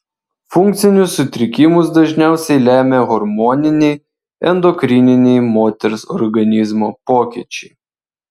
funkcinius sutrikimus dažniausiai lemia hormoniniai endokrininiai moters organizmo pokyčiai